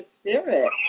Spirit